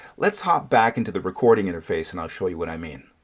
let's hop back into the recording interface and i'll show you what i mean.